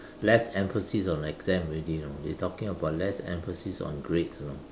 less emphasis on exam already you know they talking about less emphasis on grades you know